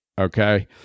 Okay